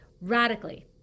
radically